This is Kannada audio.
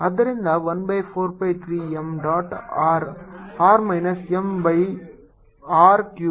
ಆದ್ದರಿಂದ 1 by 4 pi 3 m dot r r minus m by r cube